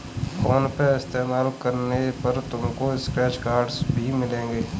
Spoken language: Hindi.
फोन पे इस्तेमाल करने पर तुमको स्क्रैच कार्ड्स भी मिलेंगे